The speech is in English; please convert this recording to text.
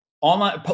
Online